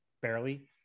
barely